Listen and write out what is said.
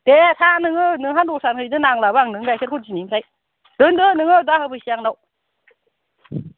दे था नोङो नोंहा दस्रारानो हैदो नांलाबो आंनो नोंनि गायखेरखौ दिनैनिफ्राय दोनदो नोङो दा होफैसै आंनाव